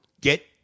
get